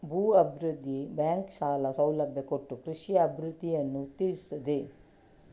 ಭೂ ಅಭಿವೃದ್ಧಿ ಬ್ಯಾಂಕು ಸಾಲ ಸೌಲಭ್ಯ ಕೊಟ್ಟು ಕೃಷಿಯ ಅಭಿವೃದ್ಧಿಯನ್ನ ಉತ್ತೇಜಿಸ್ತದೆ